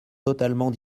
totalement